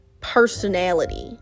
personality